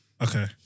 okay